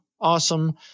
Awesome